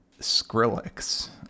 Skrillex